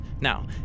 Now